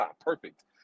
Perfect